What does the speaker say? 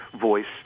voice